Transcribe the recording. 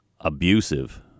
abusive